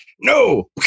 no